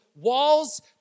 walls